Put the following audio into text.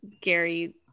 Gary